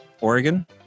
Oregon